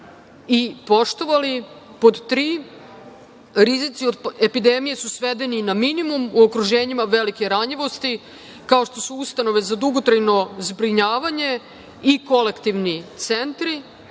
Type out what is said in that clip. i poštovali. Pod tri, rizici od epidemije su svedeni na minimum, u okruženjima velike ranjivosti, kao što su ustanove za dugotrajno zbrinjavanje i kolektivni centri. Pod